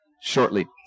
shortly